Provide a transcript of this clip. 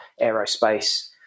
aerospace